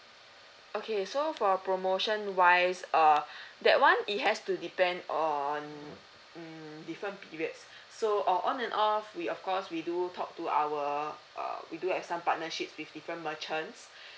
okay so for promotion wise uh that [one] it has to depend on mm different periods so or on and off we of course we do talk to our uh we do have some partnerships with different merchants